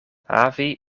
havi